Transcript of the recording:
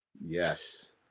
yes